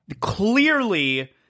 Clearly